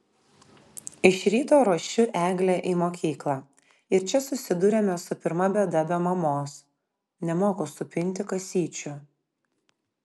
iš ryto ruošiu eglę į mokyklą ir čia susiduriame su pirma bėda be mamos nemoku supinti kasyčių